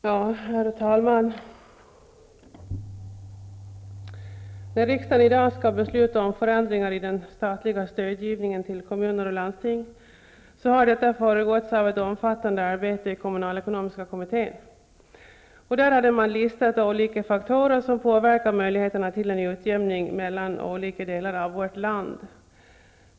Herr talman! När riksdagen i dag skall besluta om förändringar i den statliga stödgivningen till kommuner och landsting, har detta föregåtts av ett omfattande arbete i kommunalekonomiska kommittén. Där hade man listat olika faktorer som påverkar möjligheterna till en utjämning mellan olika delar av vårt land.